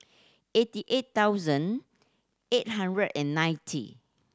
eighty eight thousand eight hundred and ninety